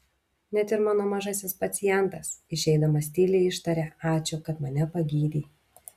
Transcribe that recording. net ir mano mažasis pacientas išeidamas tyliai ištarė ačiū kad mane pagydei